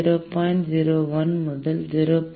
01 முதல் 0